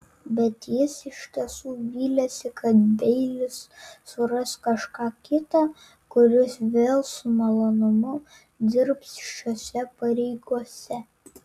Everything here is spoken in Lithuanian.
bet jis iš tiesų vylėsi kad beilis suras kažką kitą kuris vėl su malonumu dirbs šiose pareigose